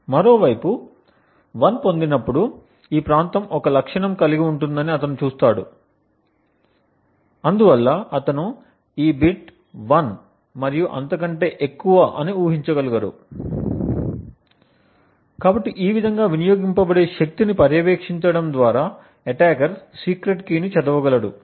మరోవైపు 1 పొందినప్పుడు ఈ ప్రాంతం ఒక లక్షణం కలిగి ఉంటుందని అతను చూస్తాడు మరియు అందువల్ల అతను ఈ బిట్ 1 మరియు అంతకంటే ఎక్కువ అని ఊహించగలడు కాబట్టి ఈ విధంగా వినియోగింపబడే శక్తిని పర్యవేక్షించడం ద్వారా అటాకర్ సీక్రెట్ కీని చదవగలడు